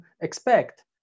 expect